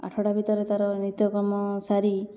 ଆଠଟା ଭିତରେ ତାର ନିତ୍ୟକର୍ମ ସାରି